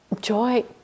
joy